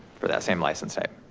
for that same licensing.